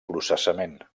processament